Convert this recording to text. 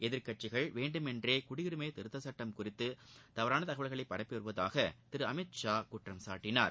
எதிர்க்கட்சிகள் வேண்டுமென்றே குடியுரிமை திருத்தச் சுட்டம் குறித்து தவறான தகவல்களை பரப்பி வருவதாக திரு அமித்ஷா குற்றம்சாடடினார்